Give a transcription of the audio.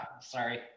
sorry